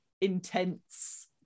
intense